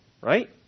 Right